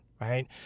Right